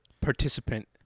participant